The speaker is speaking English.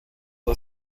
are